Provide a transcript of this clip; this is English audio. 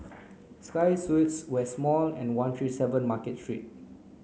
Sky Suites West Mall and one three seven Market Street